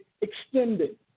extended